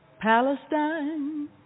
Palestine